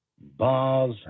Bars